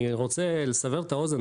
אני רוצה לסבר את האוזן,